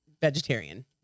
vegetarian